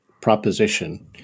proposition